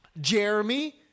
Jeremy